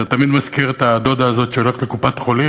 זה תמיד מזכיר את הדודה הזאת שהולכת לקופת-חולים,